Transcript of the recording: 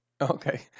Okay